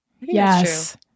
Yes